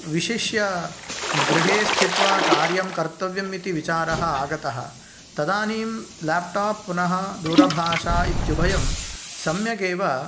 विशिष्य गृहेस्थित्वा कार्यं कर्तव्यम् इति विचारः आगतः तदानीं ल्यापटाप् पुनः दूरभाषा इत्युभयं सम्यगेव